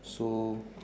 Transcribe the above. so